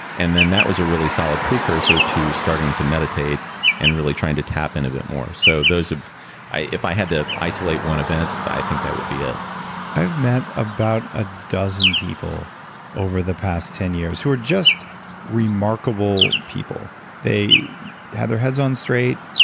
and then that was a really solid precursor to starting to meditate and really trying to tap in a bit more. so those ah have. if i had to isolate one event, i think that would be it i've met about a dozen people over the past ten years who are just remarkable people they have their heads on straight.